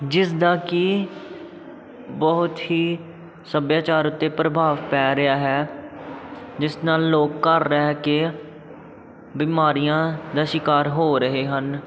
ਜਿਸ ਦਾ ਕਿ ਬਹੁਤ ਹੀ ਸੱਭਿਆਚਾਰ ਉੱਤੇ ਪ੍ਰਭਾਵ ਪੈ ਰਿਹਾ ਹੈ ਜਿਸ ਨਾਲ ਲੋਕ ਘਰ ਰਹਿ ਕੇ ਬਿਮਾਰੀਆਂ ਦਾ ਸ਼ਿਕਾਰ ਹੋ ਰਹੇ ਹਨ